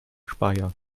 speyer